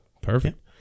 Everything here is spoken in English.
perfect